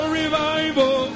revival